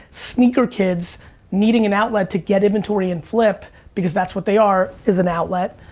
sneaker kids needing an outlet to get inventory and flip because that's what they are, is an outlet.